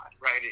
right